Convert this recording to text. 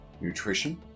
nutrition